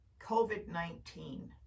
COVID-19